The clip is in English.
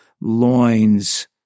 loins